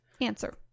answer